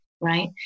right